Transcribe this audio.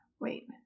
Wait